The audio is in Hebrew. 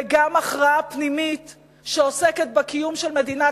וגם הכרעה פנימית שעוסקת בקיום של מדינת